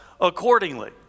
accordingly